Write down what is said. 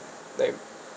they